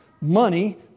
money